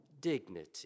dignity